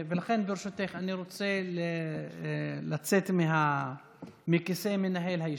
לכן, ברשותך, אני רוצה לצאת מכיסא מנהל הישיבה.